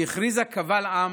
שהכריזה קבל עם